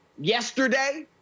yesterday